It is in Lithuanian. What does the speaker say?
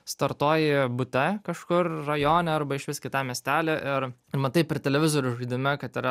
startuoji bute kažkur rajone arba išvis kitam miestely ir matai per televizorių žaidime kad yra